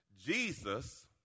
Jesus